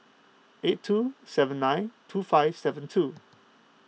eight two seven nine two five seven two